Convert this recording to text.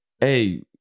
hey